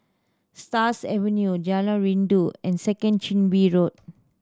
Stars Avenue Jalan Rindu and Second Chin Bee Road